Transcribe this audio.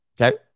Okay